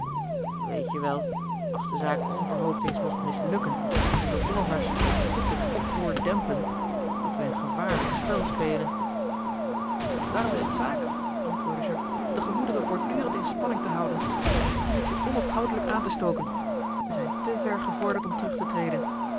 weet je wel als de zaak onverhoopt eens mogt mislukken en de hollanders voor goed het oproer dempen dat wij een gevaarlijk spel spelen daarom is het zaak antwoordde jacques de gemoederen voortdurend in spanning te houden en het vuurtje onophoudelijk aan te stoken wij zijn te ver gevorderd om terug te treden